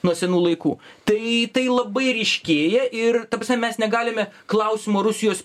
nuo senų laikų tai tai labai ryškėja ir ta prasme mes negalime klausimo rusijos